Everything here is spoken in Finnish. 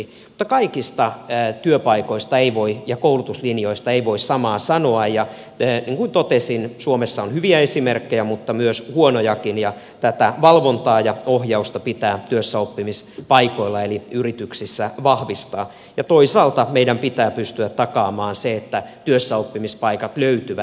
mutta kaikista työpaikoista ja koulutuslinjoista ei voi samaa sanoa ja niin kuin totesin suomessa on hyviä esimerkkejä mutta myös huonojakin ja tätä valvontaa ja ohjausta pitää työssäoppimispaikoilla eli yrityksissä vahvistaa ja toisaalta meidän pitää pystyä takaamaan se että työssäoppimispaikat löytyvät